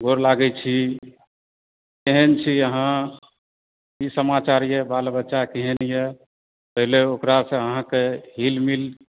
गोर लागैत छी केहन छी अहाँ की समाचार यए बाल बच्चा केहन यए पहिले ओकरासँ अहाँकेँ हिल मिल